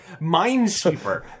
Minesweeper